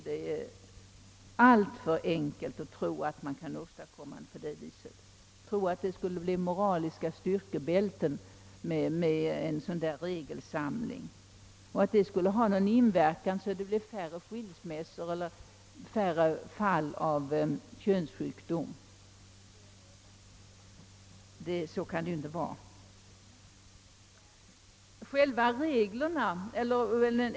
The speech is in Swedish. Det är alltför enkelt att tro att man kan åstadkomma något på det viset, att tro att en sådan regelsamling skulle bli ett moraliskt styrkebälte och att det skulle medverka till att det blev färre skilsmässor och färre fall av könssjukdomar. Så kan det ju inte förhålla sig.